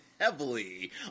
heavily